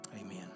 Amen